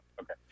Okay